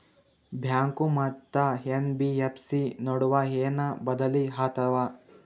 Bank ಮತ್ತ NBFC ನಡುವ ಏನ ಬದಲಿ ಆತವ?